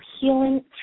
healing